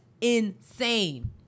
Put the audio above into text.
insane